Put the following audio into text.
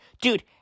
dude